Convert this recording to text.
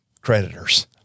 creditors